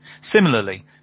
Similarly